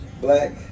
Black